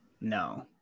no